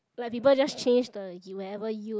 like people just change the you ever you